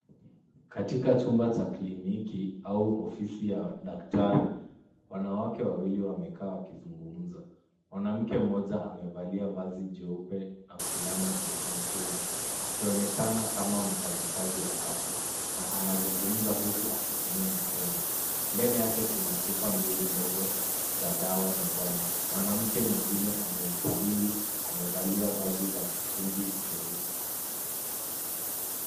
Katika chumba cha kliniki au ofisi ya daktari, wanawake wawili wamekaa wakizungumza. Mwanamke mmoja amevalia vazi jeupe na fulana nyekundu, akionekana kama mfanyakazi wa afya, na anazungumza huku akitumia mikono. Mbele yake kuna chupa mbili ndogo, za dawa mezani. Mwanamke mwingine amemkabili, amevalia vazi la kishungi cheusi.